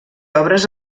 obres